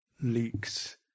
leaks